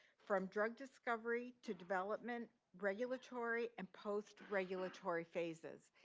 from drug discovery to development, regulatory and post-regulatory phases.